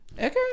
okay